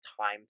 time